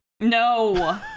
No